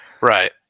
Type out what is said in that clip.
Right